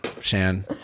Shan